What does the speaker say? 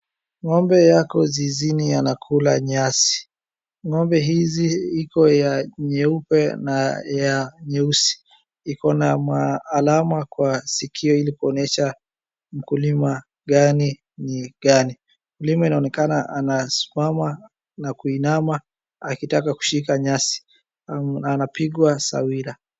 Ngombe ako zizini anakula nyasi, ngombe hizi iko ya nyeupe na ya nyeusi, iko na maalama kwa sikio ili kuonyesha mkulima gani ni gani. Mkulima anaonekama anasimama na kuinama akitaka kushika nyasi. Anapigwa sawira.